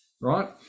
right